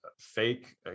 fake